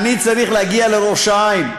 אני צריך להגיע לראש-העין,